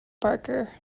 barker